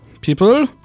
people